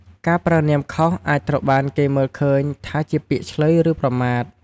ការប្រើនាមខុសអាចត្រូវបានគេមើលឃើញថាជាពាក្យឈ្លើយឬប្រមាថ។